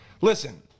listen